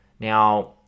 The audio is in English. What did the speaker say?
Now